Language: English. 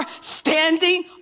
standing